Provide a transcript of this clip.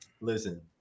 Listen